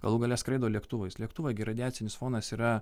galų gale skraido lėktuvais lėktuvai gi radiacinis fonas yra